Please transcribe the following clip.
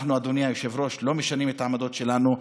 אנחנו, אדוני היושב-ראש, לא משנים את העמדות שלנו.